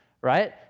right